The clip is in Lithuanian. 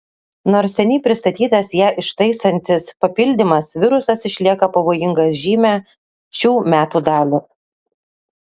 nors seniai pristatytas ją ištaisantis papildymas virusas išlieka pavojingas žymią šių metų dalį